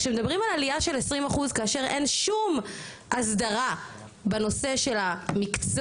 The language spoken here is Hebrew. אז כשמדברים על עלייה של 20% כאשר אין שום הסדרה בנושא של המקצוע,